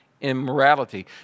immorality